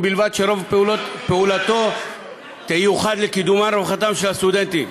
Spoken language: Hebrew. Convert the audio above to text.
ובלבד שרוב פעולתו תיוחד לקידומם ולרווחתם של הסטודנטים.